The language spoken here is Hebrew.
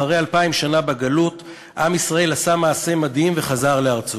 אחרי אלפיים שנה בגלות עם ישראל עשה מעשה מדהים וחזר לארצו.